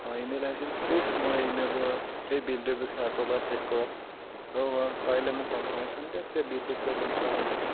অঁ ইমেইল আহিছিল প্লিজ মোৰ এই ইমেইলটো এই বিলটোৰ বিষয়ে আকৌ এবাৰ চেক কৰক আৰু পাৰিলে মোক কনফাৰ্মেশ্যন দিয়ক যে বিলটো কিয় তেনেকুৱা হৈছে